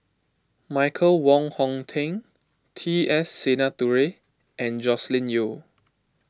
Michael Wong Hong Teng T S Sinnathuray and Joscelin Yeo